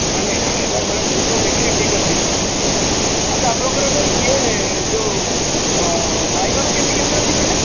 ମାନେ ମୁଁ ତ ଦେଖିଲି ଠିକ୍ ଅଛି ଆଚ୍ଛା ଆପଣଙ୍କର ଇଏ ଯେଉଁ ବାଇଗଣ କେ ଜି କେତେ ଅଛି କହିଲେ